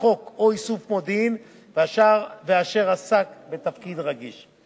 חוק או איסוף מודיעין ואשר עסק בתפקיד רגיש.